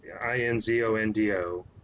i-n-z-o-n-d-o